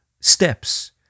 steps